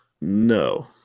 No